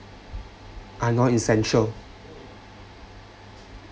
are non essential